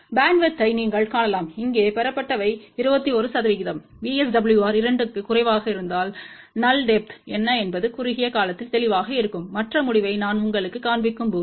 பேண்ட்வித்யை நீங்கள் காணலாம் இங்கே பெறப்பட்டவை 21 சதவிகிதம் VSWR 2 க்கும் குறைவாக இருந்தால் நல் டெப்த் என்ன என்பது குறுகிய காலத்தில் தெளிவாக இருக்கும் மற்ற முடிவை நான் உங்களுக்குக் காண்பிக்கும் போது